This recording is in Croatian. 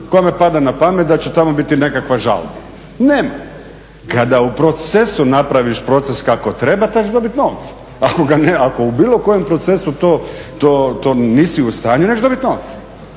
Kome pada na pamet da će tamo biti nekakva žalba? Nema. Kada u procesu napraviš proces kako treba, tad ćeš dobiti novce, ako u bilo kojem procesu to nisi u stanju, nećeš dobiti novce.